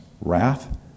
wrath